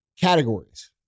categories